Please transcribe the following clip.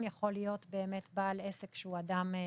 יכול להיות בעל עסק שהוא אדם פרטי.